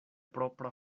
propra